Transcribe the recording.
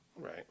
Right